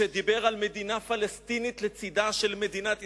שדיבר על מדינה פלסטינית לצדה של מדינת ישראל.